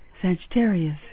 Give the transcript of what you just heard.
Sagittarius